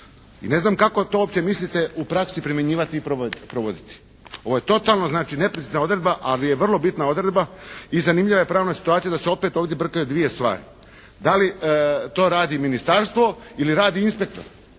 I ne znam kako to uopće mislite u praksi primjenivati i provoditi. Ovo je totalno znači neprecizna odredba ali je vrlo bitna odredba i zanimljiva je pravna situacija da se opet ovdje brkaju dvije stvari. Da li to radi Ministarstvo ili radi inspektor.